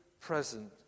present